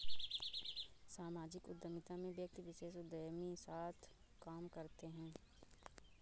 सामाजिक उद्यमिता में व्यक्ति विशेष उदयमी साथ काम करते हैं